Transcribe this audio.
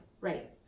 Right